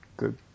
Good